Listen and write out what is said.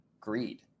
Greed